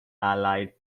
allied